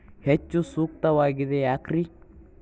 ಹೆಚ್ಚು ಸೂಕ್ತವಾಗಿದೆ ಯಾಕ್ರಿ?